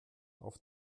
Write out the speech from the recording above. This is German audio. auf